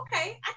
okay